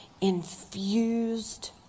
infused